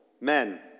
men